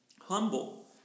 humble